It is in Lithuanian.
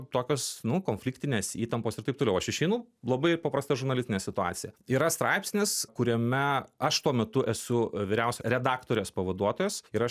tokios nu konfliktinės įtampos ir taip toliau aš išeinu labai paprasta žurnalistinė situacija yra straipsnis kuriame aš tuo metu esu vyriausia redaktorės pavaduotojas ir aš